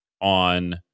on